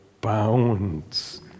bounds